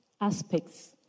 aspects